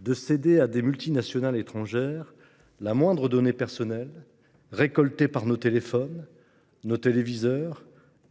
de céder à des multinationales étrangères la moindre donnée personnelle récoltée au travers de nos téléphones, de nos téléviseurs